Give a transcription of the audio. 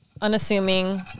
unassuming